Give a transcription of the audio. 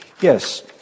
Yes